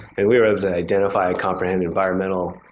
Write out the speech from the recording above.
and we were able to identify and comprehend environmental,